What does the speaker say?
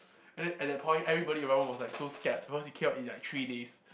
and then at that point everybody around was like so scared because he came out in like three days